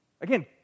Again